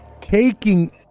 taking